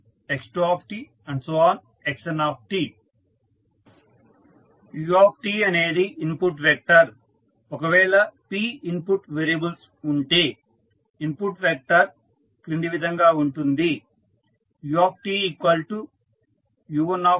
xn u అనేది input vector ఒకవేళ p input variables ఉంటే ఇన్పుట్ వెక్టర్ క్రింది విధంగా ఉంటుంది utu1 u2